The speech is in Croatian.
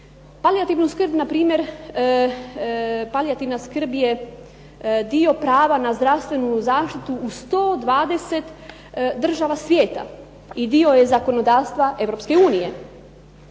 palijativna skrb je dio prava na zdravstvenu zaštitu u 120 država svijeta i dio je zakonodavstva